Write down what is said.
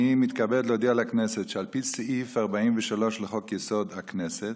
אני מתכבד להודיע לכנסת שעל פי סעיף 43 לחוק-יסוד: הכנסת,